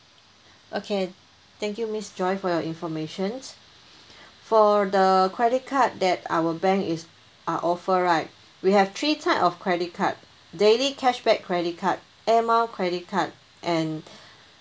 okay thank you miss joyce for your informations for the credit card that our bank is are offer right we have three type of credit card daily cashback credit card air mile credit card and